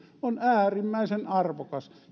on äärimmäisen arvokasta